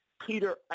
Peter